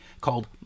called